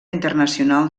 internacional